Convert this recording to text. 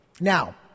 Now